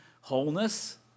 wholeness